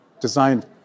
designed